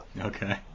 Okay